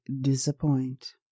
disappoint